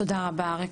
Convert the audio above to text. תודה רבה אריק.